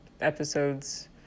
episodes